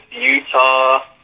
Utah